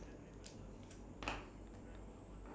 if you like boil down like the job scope ya